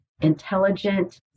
intelligent